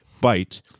bite